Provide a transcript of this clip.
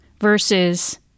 versus